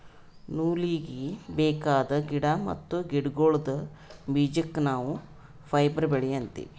ನೂಲೀಗಿ ಬೇಕಾದ್ ಗಿಡಾ ಮತ್ತ್ ಗಿಡಗೋಳ್ದ ಬೀಜಕ್ಕ ನಾವ್ ಫೈಬರ್ ಬೆಳಿ ಅಂತೀವಿ